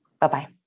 Bye-bye